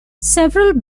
several